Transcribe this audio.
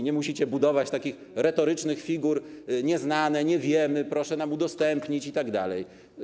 Nie musicie budować takich retorycznych figur: nieznane, nie wiemy, proszę nam udostępnić itd.